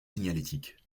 signalétique